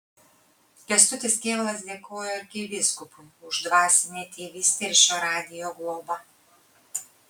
kęstutis kėvalas dėkojo arkivyskupui už dvasinę tėvystę ir šio radijo globą